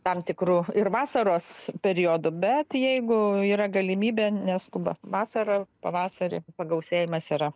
tam tikru ir vasaros periodu bet jeigu yra galimybė neskuba vasarą pavasarį pagausėjimas yra